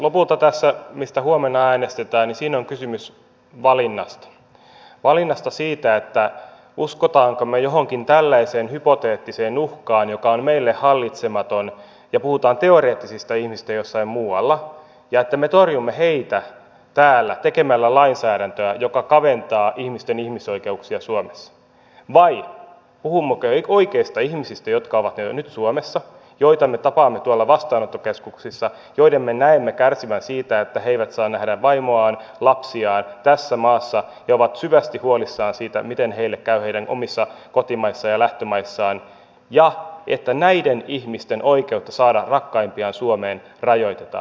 lopulta tässä mistä huomenna äänestetään on kysymys valinnasta valinnasta siitä uskommeko me johonkin tällaiseen hypoteettiseen uhkaan joka on meille hallitsematon ja jossa puhutaan teoreettisista ihmisistä jossain muualla ja siitä että me torjumme heitä täällä tekemällä lainsäädäntöä joka kaventaa ihmisten ihmisoikeuksia suomessa vai valinnasta siitä puhummeko oikeista ihmisistä jotka ovat jo nyt suomessa joita me tapaamme tuolla vastaanottokeskuksissa joiden me näemme kärsivän siitä että he eivät saa nähdä vaimoaan lapsiaan tässä maassa he ovat syvästi huolissaan siitä miten heille käy heidän omissa kotimaissaan ja lähtömaissaan ja että näiden ihmisten oikeutta saada rakkaimpiaan suomeen rajoitetaan